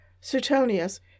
Suetonius